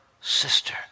sister